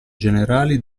generali